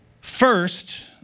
First